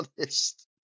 honest